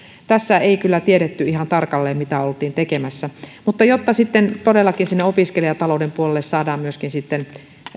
tässä ei kyllä tiedetty ihan tarkalleen mitä oltiin tekemässä mutta jotta todellakin sinne opiskelijatalouden puolelle saadaan myöskin